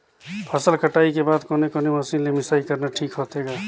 फसल कटाई के बाद कोने कोने मशीन ले मिसाई करना ठीक होथे ग?